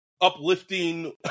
uplifting